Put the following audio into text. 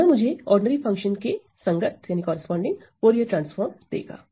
यह मुझे साधारण फंक्शन के संगत फूरिये ट्रांसफॉर्म देगा